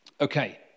Okay